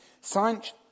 Science